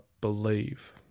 believe